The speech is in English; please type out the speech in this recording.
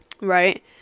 Right